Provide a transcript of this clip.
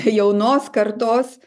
jaunos kartos